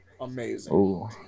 amazing